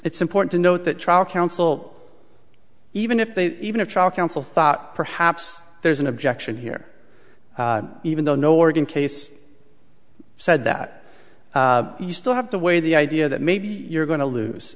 it's important to note that trial counsel even if they even a trial cancel thought perhaps there's an objection here even though no oregon case said that you still have to weigh the idea that maybe you're going to lose